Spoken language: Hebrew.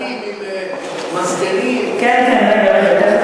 עם מזגנים, כן, כן, רגע, רגע.